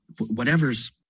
Whatever's